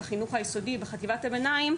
בחינוך היסודי ובחטיבת הביניים,